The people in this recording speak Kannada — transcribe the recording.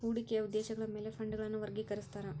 ಹೂಡಿಕೆಯ ಉದ್ದೇಶಗಳ ಮ್ಯಾಲೆ ಫಂಡ್ಗಳನ್ನ ವರ್ಗಿಕರಿಸ್ತಾರಾ